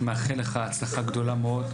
אני מאחל לך הצלחה גדולה מאוד.